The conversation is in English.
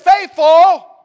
faithful